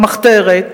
במחתרת.